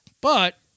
but-